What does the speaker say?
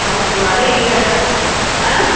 ಹೌದು ಅದೆ ಈಗ ಜಾ ಹಾಂ